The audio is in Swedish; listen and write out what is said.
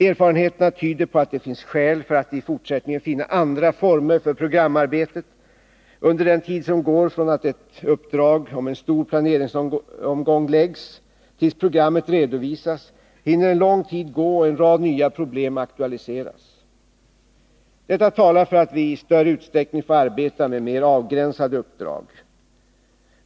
Erfarenheterna tyder på att det finns skäl för att i fortsättningen finna andra former för programarbetet; under den tid som går från det att ett uppdrag om en stor planeringsomgång läggs tills programmet redovisas hinner lång tid gå och en rad nya problem aktualiseras. Detta talar för att vi i större utsträckning får arbeta med mer avgränsade uppdrag.